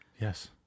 Yes